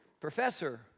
Professor